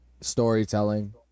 storytelling